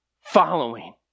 following